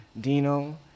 Dino